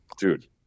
Dude